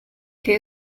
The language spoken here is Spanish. que